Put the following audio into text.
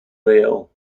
rail